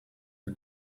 for